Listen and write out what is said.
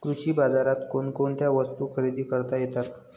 कृषी बाजारात कोणकोणत्या वस्तू खरेदी करता येतात